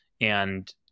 and-